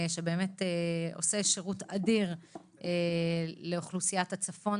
שעושה שירות אדיר לאוכלוסיית הצפון,